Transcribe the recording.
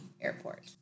Airport